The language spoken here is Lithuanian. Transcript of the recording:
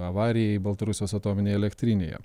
avarijai baltarusijos atominėj elektrinėje